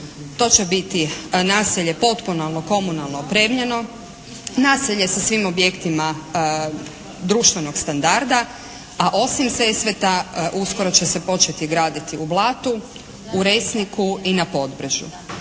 To će biti naselje potpuno komunalno opremljeno, naselje sa svim objektima društvenog standarda, a osim Sesveta, uskoro će se početi graditi u Blatu, u Resniku i na Podbrežju.